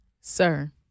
Sir